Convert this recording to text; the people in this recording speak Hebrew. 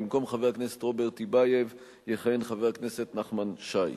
במקום חבר הכנסת רוברט טיבייב יכהן חבר הכנסת נחמן שי.